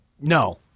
No